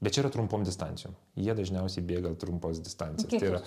bet čia yra trumpom distancijom jie dažniausiai bėga trumpas distancijas tai yra